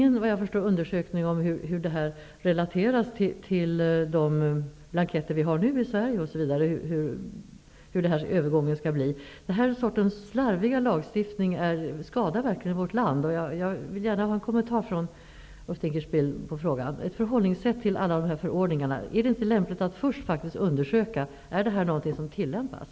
Men såvitt jag förstår har man inte undersökt hur detta relateras till de blanketter som nu används här i Sverige osv. Det sägs inte något om hur övergången skall gå till. En så här slarvig lagstiftning är verkligen till skada för vårt land. Jag vill gärna ha en kommentar här från När det gäller detta med ett förhållningssätt till alla förordningar vill jag således fråga om det inte är lämpligt att först faktiskt undersöka om det är fråga om en förordning som tillämpas.